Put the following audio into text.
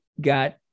got